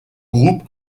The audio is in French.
groupe